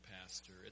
pastor